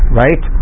right